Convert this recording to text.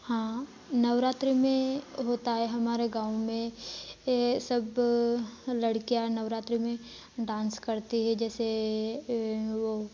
हाँ नवरात्र में होता है हमारे गाँव में ये सब लडकियाँ नवरात्र में डांस करती हैं जैसे वो